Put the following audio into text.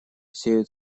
сеют